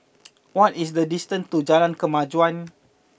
what is the distance to Jalan Kemajuan